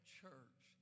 church